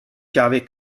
chiave